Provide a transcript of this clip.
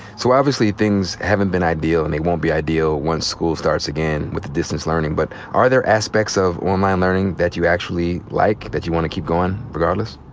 so obviously things haven't been ideal and they won't be ideal once school starts again with the distance learning. but are there aspects of online learning that you actually like, that you want to keep going regardless?